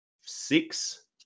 six